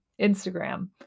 Instagram